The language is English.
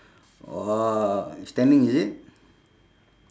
orh standing is it